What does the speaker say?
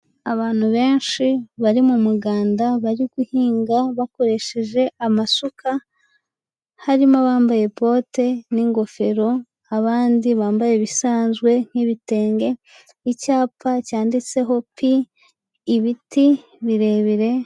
Abantu benshi bari mu muganda bari guhinga bakoresheje amasuka, harimo abambaye bote n'ingofero abandi bambaye ibisanzwe nk'ibitenge. Icyapa cyanditseho p, ibiti birebire.